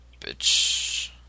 bitch